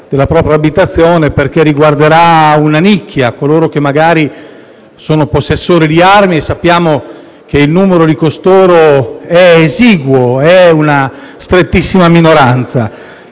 della propria abitazione perché riguarderà una nicchia: coloro che magari sono possessori di armi e sappiamo che il numero di costoro è esiguo, è una strettissima minoranza.